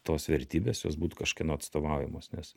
tos vertybės jos būtų kažkieno atstovaujamos nes